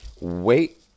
wait